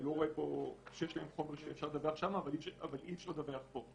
אני לא רואה שיש להם חומר שאפשר לדווח שם אבל אי-אפשר לדווח פה.